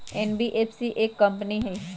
NBFC एक कंपनी हई?